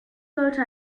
sollte